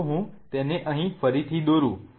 ચાલો હું તેને અહીં ફરીથી દોરું